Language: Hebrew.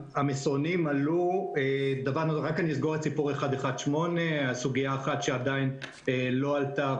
אני רק אסגור את סיפור 118. סוגיה אחת שעדיין לא עלתה,